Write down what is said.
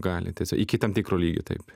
gali tiesa iki tam tikro lygio taip